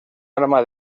arma